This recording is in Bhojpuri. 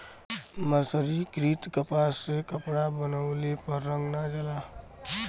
मर्सरीकृत कपास से कपड़ा बनवले पर रंग ना जाला